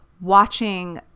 watching